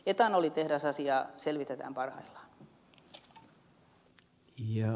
etanolitehdasasiaa selvitetään parhaillaan